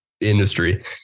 industry